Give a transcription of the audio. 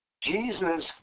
Jesus